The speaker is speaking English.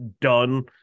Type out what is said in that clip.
done